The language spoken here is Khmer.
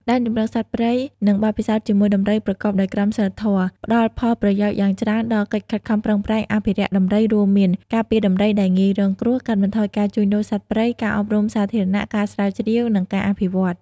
ដែនជម្រកសត្វព្រៃ និងបទពិសោធន៍ជាមួយដំរីប្រកបដោយក្រមសីលធម៌ ផ្តល់ផលប្រយោជន៍យ៉ាងច្រើនដល់កិច្ចខិតខំប្រឹងប្រែងអភិរក្សដំរី រួមមាន ការពារដំរីដែលងាយរងគ្រោះ កាត់បន្ថយការជួញដូរសត្វព្រៃ ការអប់រំសាធារណៈ ការស្រាវជ្រាវ និងការអភិវឌ្ឍ។